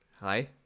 Hi